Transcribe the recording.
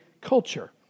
culture